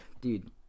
Dude